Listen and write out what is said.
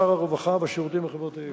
שר הרווחה והשירותים החברתיים.